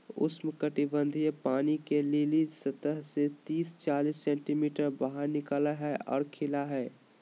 उष्णकटिबंधीय पानी के लिली सतह से तिस चालीस सेंटीमीटर बाहर निकला हइ और खिला हइ